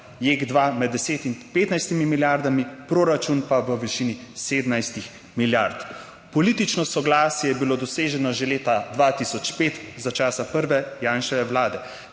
Jek 2 med 10 in 15 milijardami, proračun pa v višini 17 milijard. Politično soglasje je bilo doseženo že leta 2005, za časa prve Janševe Vlade,